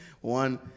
One